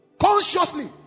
Consciously